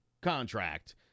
contract